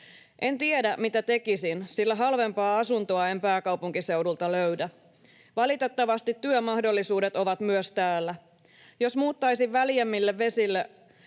En tiedä, mitä tekisin, sillä halvempaa asuntoa en pääkaupunkiseudulta löydä. Valitettavasti myös työmahdollisuudet ovat täällä. Jos muuttaisin väljemmille vesille